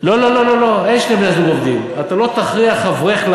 אתה מדבר אתי על זוג עובדים?